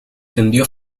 tendió